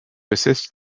assist